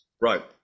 Right